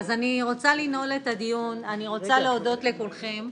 אני רוצה לנעול את הדיון, אני רוצה להודות לכולכם.